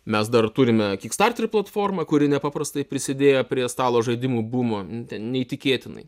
mes dar turime kikstarterį platformą kuri nepaprastai prisidėjo prie stalo žaidimų bumo ten neįtikėtinai